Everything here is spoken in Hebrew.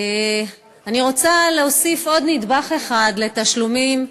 אני רוצה להוסיף עוד נדבך אחד לעניין התשלומים,